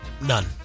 none